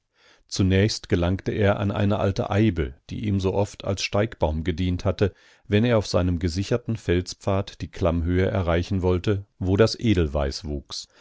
zunächst gelangte er an die alte eibe die ihm so oft als steigbaum gedient hatte wenn er auf seinem gesicherten felspfad die klammhöhe erreichen wollte wo das edelweiß wuchs